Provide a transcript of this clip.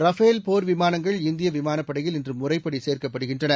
Rafale போர் விமானங்கள் இந்திய விமானப் படையில் இன்று முறைப்படி சேர்க்கப்படுகின்றன